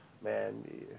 Man